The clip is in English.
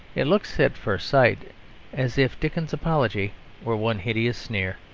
it looks at first sight as if dickens's apology were one hideous sneer.